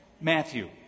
Matthew